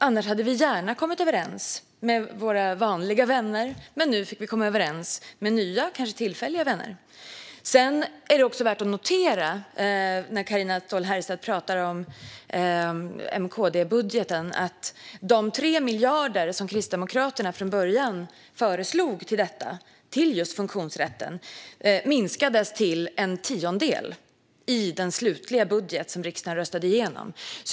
Annars hade vi gärna kommit överens med våra vanliga vänner. Men nu fick vi komma överens med nya, kanske tillfälliga, vänner. Carina Ståhl Herrstedt talar om M-KD-budgeten. Det är värt att notera att de 3 miljarder som Kristdemokraterna från början föreslog till just funktionsrätten minskades till en tiondel i den slutliga budget som riksdagen röstade igenom.